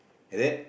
and then